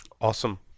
Awesome